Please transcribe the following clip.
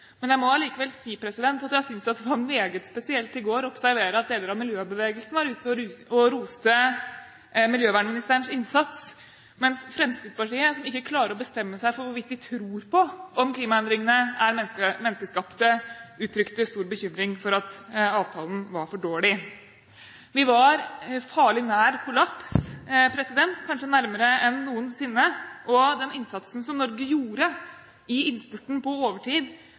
Jeg må allikevel si at jeg synes det var meget spesielt i går å observere at deler av miljøbevegelsen var ute og roste miljøvernministerens innsats, mens Fremskrittspartiet, som ikke klarer å bestemme seg for hvorvidt de tror at klimaendringene er menneskeskapte, uttrykte stor bekymring for at avtalen var for dårlig. Vi var farlig nær kollaps – kanskje nærmere enn noensinne – og den innsatsen som Norge gjorde i innspurten, på overtid,